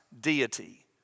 deity